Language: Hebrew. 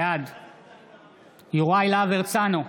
בעד יוראי להב הרצנו,